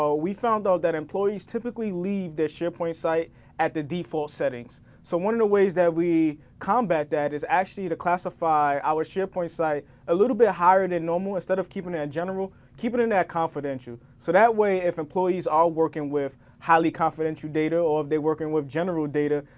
so we found out that employees typically leave their sharepoint site at the default settings, so one of the ways that we combat that is actually to classify our sharepoint site a little bit higher than normal, instead of keeping it at general, keeping it at confidential so that way if employees are working with highly confidential data, or they're working with general data,